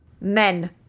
Men